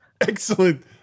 Excellent